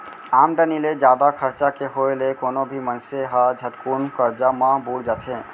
आमदनी ले जादा खरचा के होय ले कोनो भी मनसे ह झटकुन करजा म बुड़ जाथे